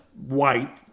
white